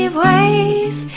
ways